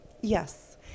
yes